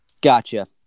Gotcha